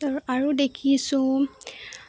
আৰু দেখিছোঁ